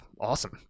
awesome